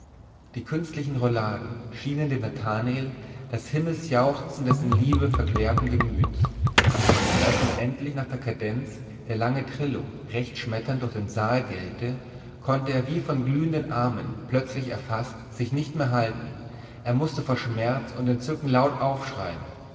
die künstlichen rouladen schienen dem nathanael das himmelsjauchzen des in liebe verklärten gemüts und als nun endlich nach der kadenz der lange trillo recht schmetternd durch den saal gellte konnte er wie von glühenden ärmen plötzlich erfaßt sich nicht mehr halten er mußte vor schmerz und entzücken laut aufschreien